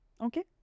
okay